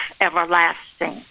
everlasting